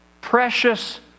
precious